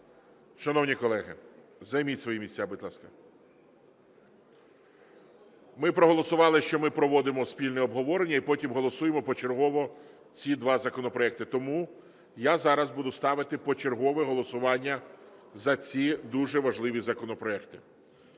Шановні колеги, займіть свої місця, будь ласка. Ми проголосували, що ми проводимо спільне обговорення і потім голосуємо почергово ці два законопроекти. Тому я зараз буду ставити почергове голосування за ці дуже важливі законопроекти.